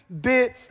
bit